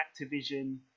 Activision